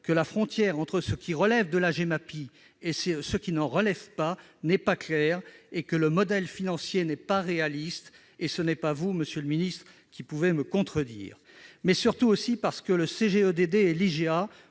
que la frontière entre ce qui relève de la Gemapi et ce qui n'en relève pas n'est pas claire, et que le modèle financier n'est pas réaliste. Ce n'est pas vous, monsieur le ministre, qui pouvez me contredire sur ce point. Surtout aussi, parce que le conseil